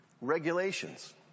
regulations